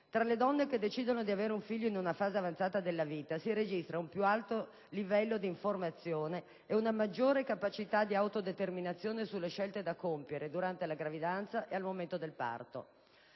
Tra le donne che decidono di avere un figlio in una fase avanzata della vita si registra un più elevato livello di informazione e una maggiore capacità di autodeterminazione sulle scelte da compiere durante la gravidanza e al momento del parto.